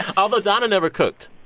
although, donna never cooked.